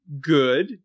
Good